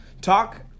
talk